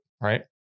right